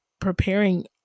preparing